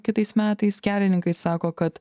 kitais metais kelininkai sako kad